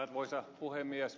arvoisa puhemies